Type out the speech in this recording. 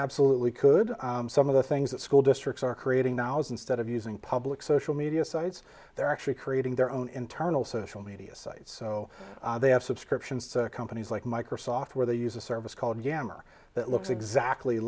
absolutely could some of the things that school districts are creating now is instead of using public social media sites they're actually creating their own internal social media sites so they have subscriptions to companies like microsoft where they use a service called yammer that looks exactly